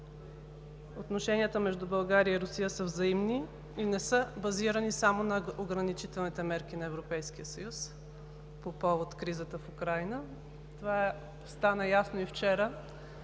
Отношенията между България и Русия са взаимни и не са базирани само на ограничителните мерки на Европейския съюз по повод кризата в Украйна. Мисля, че това стана ясно и вчера,